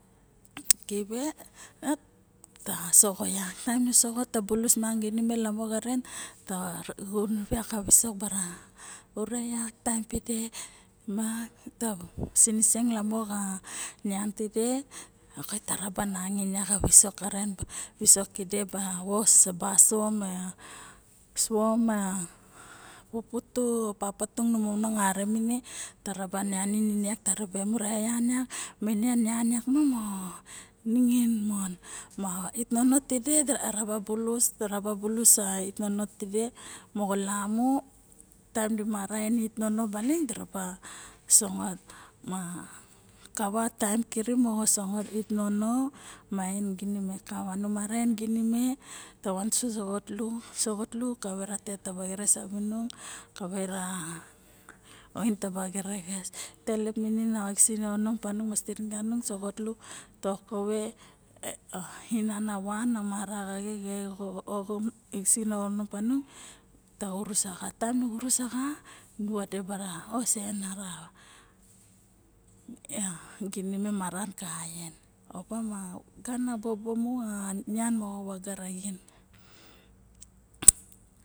Kive ta saxo yak ta bulus miang ginime lamo xa na rive okay nu sa rung visok bara xa na taem pide ma moxo siniseng lamo xana nian tide okay taraba nangain vak a visok kide ba vos ba sasuom suom ma pupu tung ba papa tung nu momonong arien me ta ra nian me de ma mura eyan vak ma ine nian vak mo niangin mon ma ait nono tide eraba bulus moxo lamu taem dimara en it nono baling diraba songot ma kava taem kirip mp sangot it nono ma en ginime kava nu mara en ginime ta wan soxalu taba painim ginime vone taba xerexes savinung oin taba xerexes tailep minin ngisena oxonom pang ma stiring ta van so xatlu toko ve a ainan ove na mara xaxe xa ononom panung nu sa xurus oxa ma taem ne vurus oxa nu vade bara o kava saen ara ginime mara kaxien opa ma gana bobo mon xa nian moxo vaga